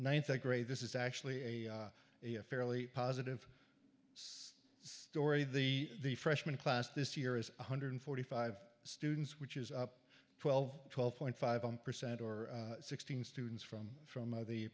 ninth grade this is actually a fairly positive story the the freshman class this year is one hundred forty five students which is up twelve twelve point five percent or sixteen students from from the